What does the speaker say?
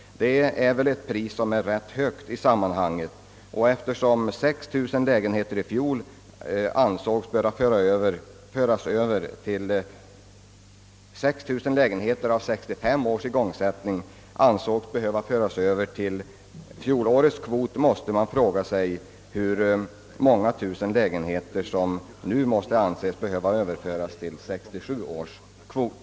Detta pris är rätt högt i sammanhanget. Eftersom 6 000 lägenheter av 1965 års igångsättning ansågs behöva föras över till fjolårets kvot, kan man fråga sig hur många tusen lägenheter som nu måste överföras till 1967 års kvot.